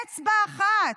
אצבע אחת,